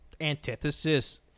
antithesis